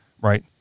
right